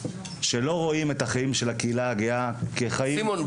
שלא רואים את החיים של הקהילה הגאה כחיים נורמטיביים --- סימון,